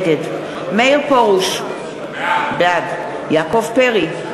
נגד מאיר פרוש, בעד יעקב פרי,